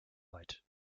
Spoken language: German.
weit